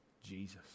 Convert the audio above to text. Jesus